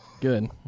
Good